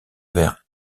vers